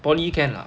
poly can lah